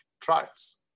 trials